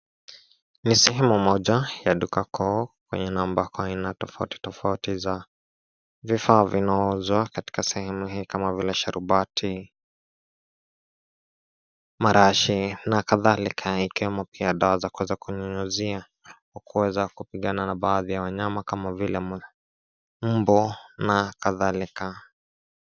Ni sehemu moja ya duka kuu kwengine ambako aina tofauti tofauti za vifaa vinauzwa katika sehemu hii kama vile: sharubati, marashi na kadhalika. Ikiwemo pia dawa za kuweza kunyunyizia au kuweza kupigana na baadhi ya wanyama kama vile mbu na kadhalika.